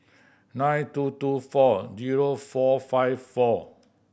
nine two two four zero four five four